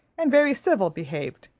and very civil behaved.